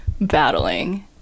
battling